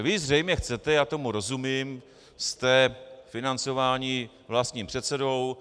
Vy zřejmě chcete, a tomu rozumím, jste financováni vlastním předsedou.